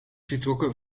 getrokken